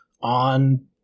on